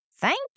Thank